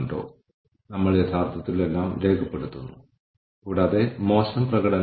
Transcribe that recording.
കൂടാതെ എനിക്ക് എന്തെങ്കിലും ചെയ്യാൻ കഴിയുന്നില്ലെങ്കിൽ അത് ചെയ്യാൻ എന്നെ സഹായിക്കാൻ തയ്യാറുള്ള ആരെങ്കിലും ഉണ്ടാകും